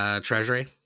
treasury